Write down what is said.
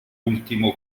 ultimo